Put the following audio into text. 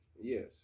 yes